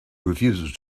refuses